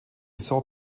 saint